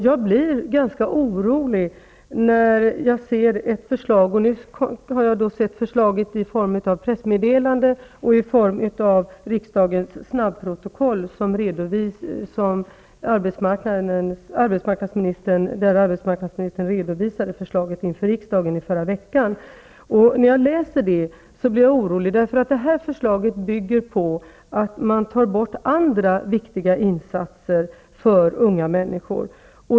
Jag har läst om det aktuella förslaget i ett pressmeddelande och i riksdagens snabbprotokoll -- arbetsmarknadsministern redovisade förslaget inför riksdagen i förra veckan -- och när jag studerat detta har jag blivit orolig. Förslaget bygger på att man tar bort andra viktiga insatser för unga människor.